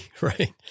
right